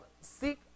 Seek